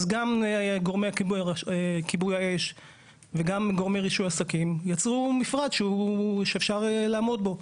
גם גורמי כיבוי האש וגם גורמי רישוי עסקים יצרו מפרט שאפשר לעמוד בו.